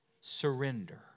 Surrender